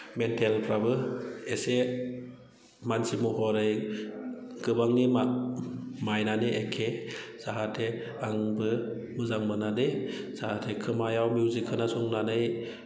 मेन्टेलफ्राबो एसे मानसि महरै गोबांनि माइन्डआनो एखे जाहाथे आंबो मोजां मोननानै जाहाथे खोमायाव मिउजिक खोनासंनानै